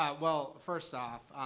ah well, first off,